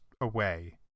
away